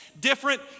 different